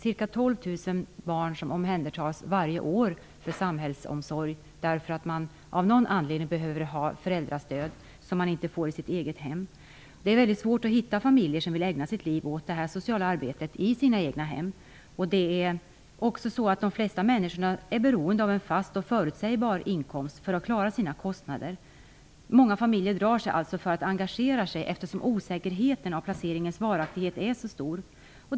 Ca 12 000 barn omhändertas varje år för samhällsomsorg, därför att de av någon anledning behöver ha föräldrastöd som de inte får i sitt eget hem. Det är mycket svårt att hitta familjer som vill ägna sitt liv åt det här sociala arbetet i sina egna hem. De flesta människor är också beroende av en fast och förutsägbar inkomst för att klara sina kostnader. Många familjer drar sig alltså för att engagera sig, eftersom osäkerheten om placeringens varaktighet är så stor.